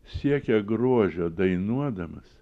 siekia grožio dainuodamas